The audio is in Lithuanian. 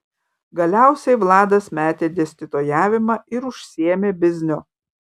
galiausiai vladas metė dėstytojavimą ir užsiėmė bizniu